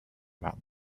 about